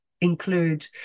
include